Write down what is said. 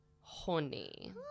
horny